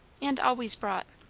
and always brought.